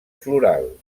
floral